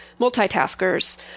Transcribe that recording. multitaskers